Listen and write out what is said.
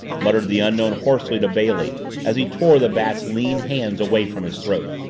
muttered the unknown hoarsely to bailey as he tore the bat's lean hands away from his throat.